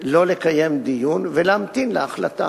לא לקיים דיון ולהמתין להחלטה.